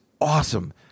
awesome